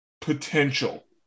potential